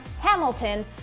Hamilton